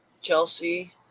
Chelsea